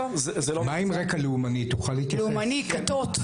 לאומני, כתות?